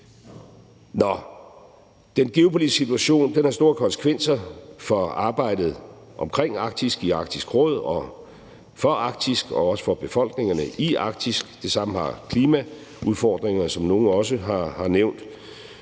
det. Den geopolitiske situation har store konsekvenser for arbejdet omkring Arktis, i Arktisk Råd, for Arktis og også for befolkningerne i Arktis, og det samme har klimaudfordringerne, som nogle også har nævnt.